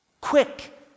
Quick